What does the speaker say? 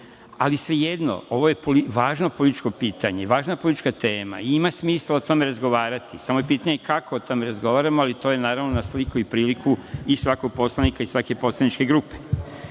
ali svejedno, ovo je važno političko pitanje, važna politička tema. Ima smisla o tome razgovarati, samo je pitanje kako o tome razgovaramo, ali to je, naravno, na sliku i priliku i svakog poslanika i svake poslaničke grupe. Prvo,